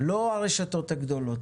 לא הרשתות הגדולות,